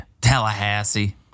Tallahassee